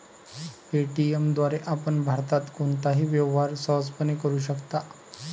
Paytm द्वारे आपण भारतात कोणताही व्यवहार सहजपणे करू शकता